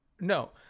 No